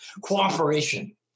cooperation